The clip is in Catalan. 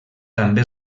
també